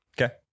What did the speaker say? Okay